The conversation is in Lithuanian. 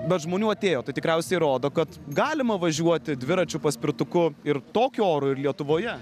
bet žmonių atėjo tai tikriausiai rodo kad galima važiuoti dviračiu paspirtuku ir tokiu oru ir lietuvoje